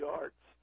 arts